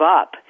up